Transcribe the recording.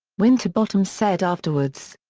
winterbottom said afterwards.